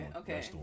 okay